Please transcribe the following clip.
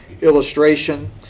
illustration